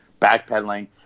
backpedaling